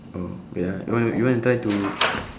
oh wait ah you want you want to try to